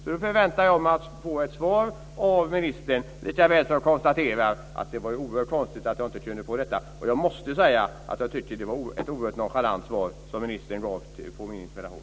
Jag förväntar mig ett svar av ministern. Jag konstaterar också att det är oerhört konstigt att jag inte kunde få det i interpellationssvaret. Det var ett oerhört nonchalant svar som ministern gav på min interpellation.